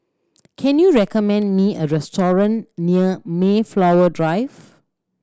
can you recommend me a restaurant near Mayflower Drive